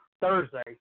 Thursday